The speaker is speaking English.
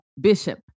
bishop